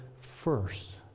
first